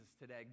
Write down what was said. today